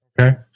okay